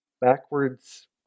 backwards